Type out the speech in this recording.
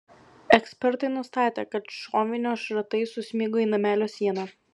ekspertai nustatė kad šovinio šratai susmigo į namelio sieną